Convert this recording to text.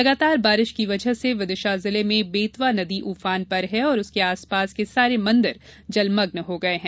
लगातार बारिश की वजह से विदिशा जिले में बेतवा नदी ऊफान पर है और उसके आसपास के सारे मंदिर जलमग्न हो चुके हैं